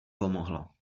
pomohlo